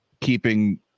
keeping